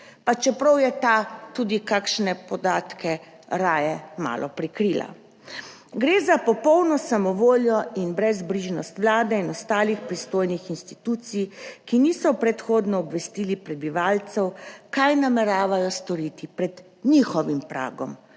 raje 55. TRAK: (NB) - 13.30 (Nadaljevanje) malo prikrila. Gre za popolno samovoljo in brezbrižnost Vlade in ostalih pristojnih institucij, ki niso predhodno obvestili prebivalcev kaj nameravajo storiti pred njihovim pragom,